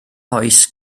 oes